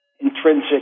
intrinsic